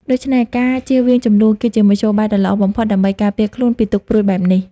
ដូច្នេះ ការជៀសវាងជម្លោះ គឺជាមធ្យោបាយដ៏ល្អបំផុតដើម្បីការពារខ្លួនពីទុក្ខព្រួយបែបនេះ។